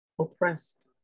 oppressed